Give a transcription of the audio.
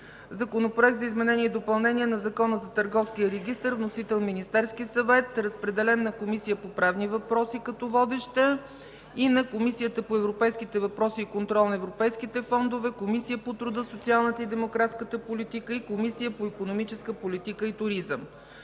Законопроект за изменение и допълнение на Закона за Търговския регистър. Вносител е Министерският съвет. Разпределен е на Комисията по правни въпроси като водеща и на Комисията по европейските въпроси и контрол на европейските фондове, Комисията по труда, социалната и демографската политика и Комисията по икономическата политика и туризъм.